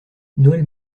noël